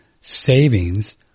savings